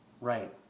Right